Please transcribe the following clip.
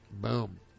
Boom